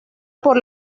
por